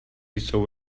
jsou